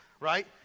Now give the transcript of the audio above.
Right